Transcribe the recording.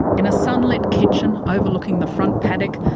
in a sunlit kitchen overlooking the front paddock,